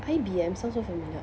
I_B_M sounds so familiar